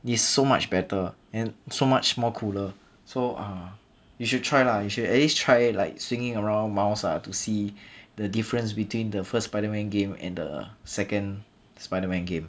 is so much better and so much more cooler so uh you should try lah you should at least try like swinging around miles out to see the difference between the first spider man game and the second spider man game